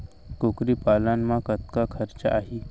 कुकरी पालन म कतका खरचा आही?